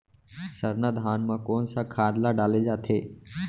सरना धान म कोन सा खाद ला डाले जाथे?